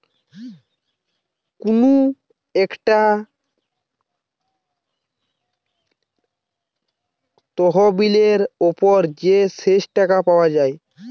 কুনু একটা তহবিলের উপর যে শেষ টাকা পায়